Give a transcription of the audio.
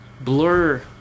blur